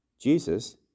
Jesus